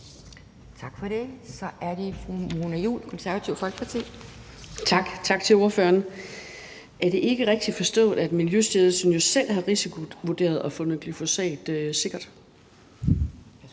Tak for det. Så er det fru Mona Juul, Det Konservative Folkeparti. Kl. 11:50 Mona Juul (KF): Tak. Tak til ordføreren. Er det ikke rigtigt forstået, at Miljøstyrelsen jo selv har risikovurderet og fundet glyfosat sikkert?